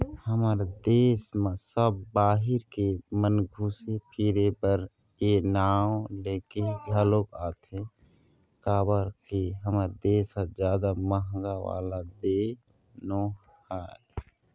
हमर देस म सब बाहिर के मन घुमे फिरे बर ए नांव लेके घलोक आथे काबर के हमर देस ह जादा महंगा वाला देय नोहय